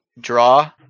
draw